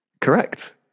Correct